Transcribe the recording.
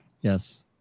Yes